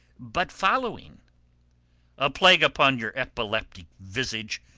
but following a plague upon your epileptic visage!